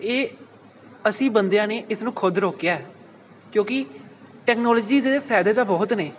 ਇਹ ਅਸੀਂ ਬੰਦਿਆਂ ਨੇ ਇਸ ਨੂੰ ਖੁਦ ਰੋਕਿਆ ਕਿਉਂਕਿ ਟੈਕਨੋਲੋਜੀ ਦੇ ਫਾਇਦੇ ਤਾਂ ਬਹੁਤ ਨੇ